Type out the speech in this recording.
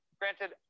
granted